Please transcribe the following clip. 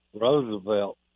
Roosevelt